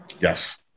Yes